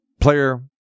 player